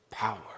power